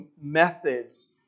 methods